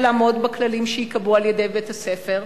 לעמוד בכללים שייקבעו על-ידי בית-הספר,